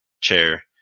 chair